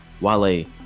Wale